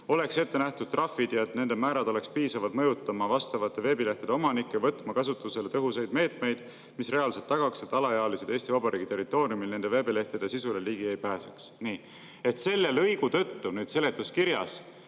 oleks ette nähtud trahvid ja et nende määrad oleks piisavad mõjutama vastavate veebilehtede omanikke võtma kasutusele tõhusaid meetmeid, mis reaalselt tagaks, et alaealised Eesti Vabariigi territooriumil nende veebilehtede sisule ligi ei pääseks." Selle lõigu tõttu seletuskirjas